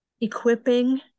equipping